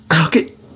okay